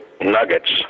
nuggets